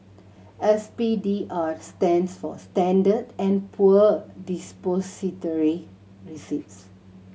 S P D R stands for Standard and Poor Depository Receipts